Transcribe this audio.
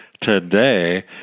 today